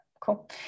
cool